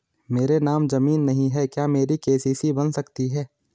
मेरे नाम ज़मीन नहीं है क्या मेरी के.सी.सी बन सकती है?